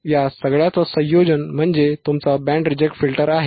या सगळ्याचं संयोजन म्हणजे तुमचा बँड रिजेक्ट फिल्टर आहे